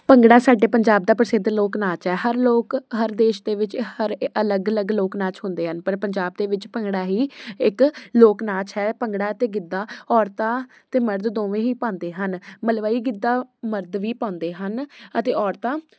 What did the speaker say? ਭੰਗੜਾ ਸਾਡੇ ਪੰਜਾਬ ਦਾ ਪ੍ਰਸਿੱਧ ਲੋਕ ਨਾਚ ਹੈ ਹਰ ਲੋਕ ਹਰ ਦੇਸ਼ ਦੇ ਵਿੱਚ ਹਰ ਅਲੱਗ ਅਲੱਗ ਲੋਕ ਨਾਚ ਹੁੰਦੇ ਹਨ ਪਰ ਪੰਜਾਬ ਦੇ ਵਿੱਚ ਭੰਗੜਾ ਹੀ ਇੱਕ ਲੋਕ ਨਾਚ ਹੈ ਭੰਗੜਾ ਅਤੇ ਗਿੱਧਾ ਔਰਤਾਂ ਅਤੇ ਮਰਦ ਦੋਵੇਂ ਹੀ ਪਾਉਂਦੇ ਹਨ ਮਲਵਈ ਗਿੱਧਾ ਮਰਦ ਵੀ ਪਾਉਂਦੇ ਹਨ ਅਤੇ ਔਰਤਾਂ